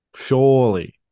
Surely